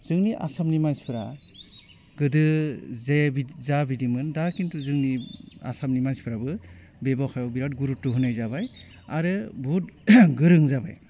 जोंनि आसामनि मानसिफ्रा गोदो जे बि जाबिदिमोन दा खिन्थु जोंनि आसामनि मानसिफ्राबो बेबखायाव बिराथ गुरुक्त होनाय जाबाय आरो बुहुत गोरों जाबाय